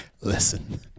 Listen